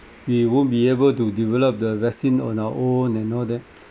we won't be able to develop the vaccine on our own and all that